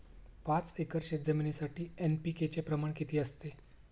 पाच एकर शेतजमिनीसाठी एन.पी.के चे प्रमाण किती असते?